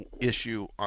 issue